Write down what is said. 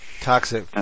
Toxic